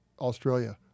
Australia